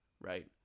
right